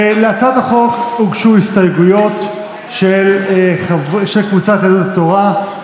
להצעת החוק הוגשו הסתייגויות של סיעת יהדות התורה.